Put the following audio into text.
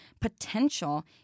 potential